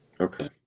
okay